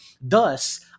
Thus